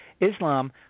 Islam